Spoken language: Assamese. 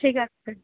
ঠিক আছে